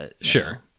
Sure